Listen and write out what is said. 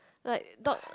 like dor~